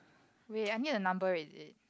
wait I need a number is it